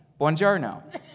Buongiorno